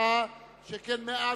ההצבעה הסתיימה.